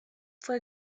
fue